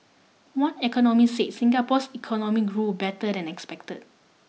one economist said Singapore's economy grew better than expected